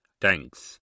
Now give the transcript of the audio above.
Thanks